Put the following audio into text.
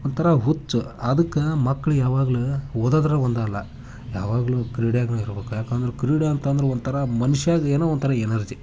ಒಂಥರಾ ಹುಚ್ಚು ಅದಕ್ಕೆ ಮಕ್ಳು ಯಾವಾಗ್ಲು ಓದದ್ರಾಗೊಂದಲ್ಲ ಯಾವಾಗಲು ಕ್ರೀಡೆಯಾಗ್ಳಿರ್ಬುಕು ಯಾಕಂದ್ರೆ ಕ್ರೀಡೆ ಅಂತಂದ್ರೆ ಒಂಥರ ಮನ್ಷ್ಯಾಗೆ ಏನೋ ಒಂಥರ ಎನರ್ಜಿ